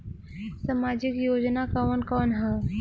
सामाजिक योजना कवन कवन ह?